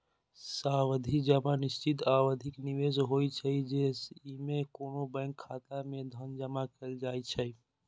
सावधि जमा निश्चित अवधिक निवेश होइ छै, जेइमे कोनो बैंक खाता मे धन जमा कैल जाइ छै